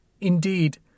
Indeed